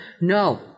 no